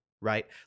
right